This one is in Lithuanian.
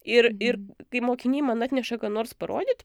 ir ir kai mokiniai man atneša ką nors parodyt